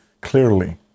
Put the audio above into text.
clearly